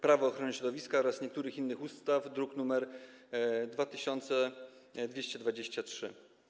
Prawo ochrony środowiska oraz niektórych innych ustaw, druk nr 2223.